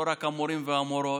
לא רק המורים והמורות.